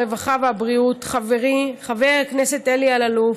הרווחה והבריאות חברי חבר הכנסת אלי אלאלוף,